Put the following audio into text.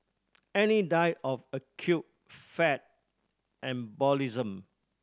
Annie died of acute fat embolism